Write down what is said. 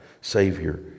Savior